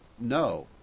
no